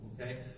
okay